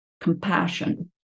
compassion